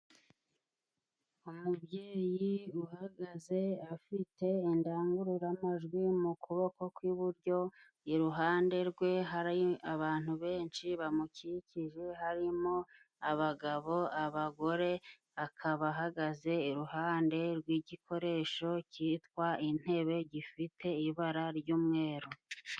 Umubyeyi uhagaze afite indangururamajwi mu kuboko kw'iburyo, iruhande rwe hari abantu benshi bamukikije harimo abagabo abagore, akaba ahagaze iruhande rw'igikoresho cyitwa intebe gifite ibara ry'umweru.